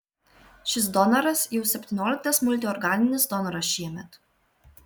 šis donoras jau septynioliktas multiorganinis donoras šiemet